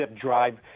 drive